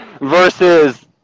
versus